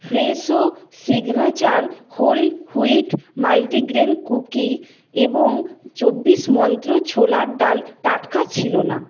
Fresho signature whole wheat multigrain cookie এবং চব্বিশ মন্ত্র ছোলার ডাল টাটকা ছিলনা